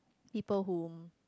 people whom